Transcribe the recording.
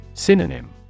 Synonym